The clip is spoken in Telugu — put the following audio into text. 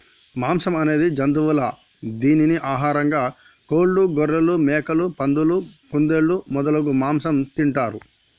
మాంసం అనేది జంతువుల దీనిని ఆహారంగా కోళ్లు, గొఱ్ఱెలు, మేకలు, పందులు, కుందేళ్లు మొదలగు మాంసం తింటారు